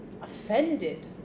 offended